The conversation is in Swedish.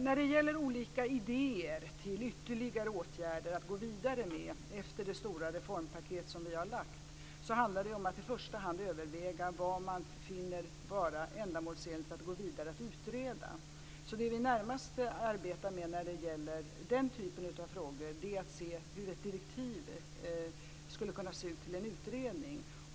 När det gäller att gå vidare med åtgärder efter det stora reformpaket som vi har lagt fram handlar det i första hand om att överväga vad man finner ändamålsenligt att utreda. Det vi närmast arbetar med är ett direktiv till en utredning.